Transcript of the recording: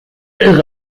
irre